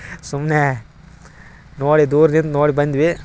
ಸುಮ್ಮನೆ ನೋಡಿ ದೂರ್ದಿಂದ ನೋಡಿ ಬಂದ್ವಿ